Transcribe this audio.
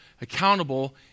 accountable